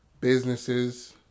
businesses